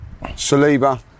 Saliba